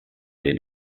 den